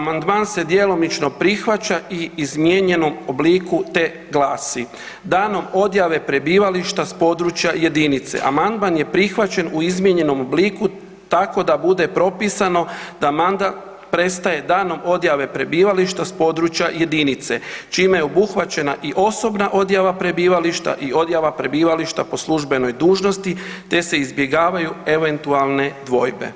Amandman se djelomično prihvaća i izmijenjenom obliku, te glasi: Danom odjave prebivališta s područja jedinice amandman je prihvaćen u izmijenjenom obliku tako da bude propisano da mandat prestaje danom odjave prebivališta s područja jedinice, čime je obuhvaćena i osobna odjava prebivališta i odjava prebivališta po službenoj dužnosti te se izbjegavaju eventualne dvojbe.